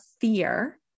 fear